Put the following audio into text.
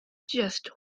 just